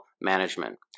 management